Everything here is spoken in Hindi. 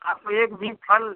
आपको एक भी फल